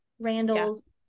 Randall's